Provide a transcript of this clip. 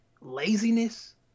laziness